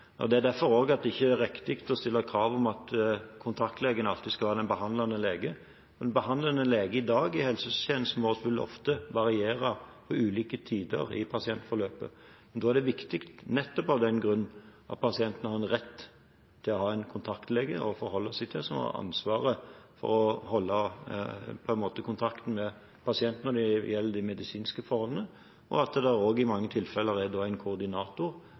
og det er også derfor det ikke er riktig å stille krav om at kontaktlegen alltid skal være den behandlende lege. Den behandlende lege i dag i helsetjenesten vil ofte variere til ulike tider i pasientforløpet. Da er det viktig, nettopp av den grunn, at pasienten har rett til å ha en kontaktlege å forholde seg til, som har ansvaret for å holde kontakten med pasienten når det gjelder de medisinske forholdene, og at det i mange tilfeller også er en koordinator